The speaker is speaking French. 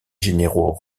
généraux